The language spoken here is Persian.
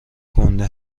گنده